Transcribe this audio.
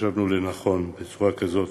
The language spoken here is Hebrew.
חשבנו לנכון בצורה כזאת